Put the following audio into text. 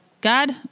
God